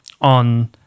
on